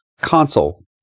console